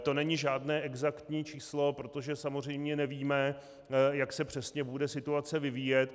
To není žádné exaktní číslo, protože samozřejmě nevíme, jak se přesně bude situace vyvíjet.